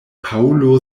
paŭlo